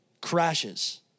crashes